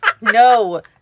No